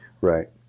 Right